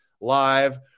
live